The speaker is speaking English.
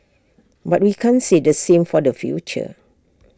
but we can't say the same for the future